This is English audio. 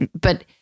but-